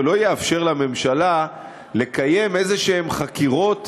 ולא יאפשר לממשלה לקיים איזשהן חקירות